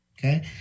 okay